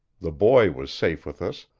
the boy was safe with us,